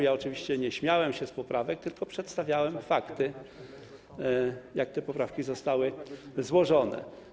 Ja oczywiście nie śmiałem się z poprawek, tylko przedstawiałem fakty, jak te poprawki zostały złożone.